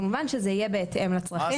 כמובן שזה יהיה בהתאם לצרכים.